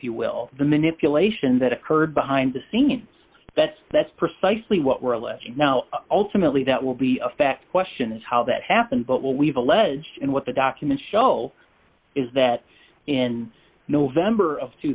you will the manipulation that occurred behind the scenes that that's precisely what we're alleging now ultimately that will be a fact question is how that happened but what we've alleged and what the documents show is that in november of two